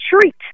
treat